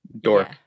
dork